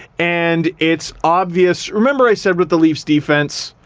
and it's obvious. remember i said with the leafs defense,